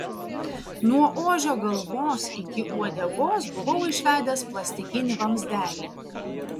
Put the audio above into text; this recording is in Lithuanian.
nuo ožio galvos iki uodegos buvau išvedęs plastikinį vamzdelį